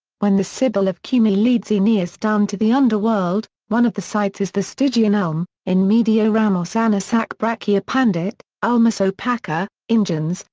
when the sibyl of cumae leads aeneas down to the underworld, one of the sights is the stygian elm in medio ramos annosaque bracchia pandit ulmus opaca, ingens,